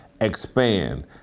expand